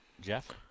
Jeff